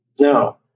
No